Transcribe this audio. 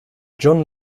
john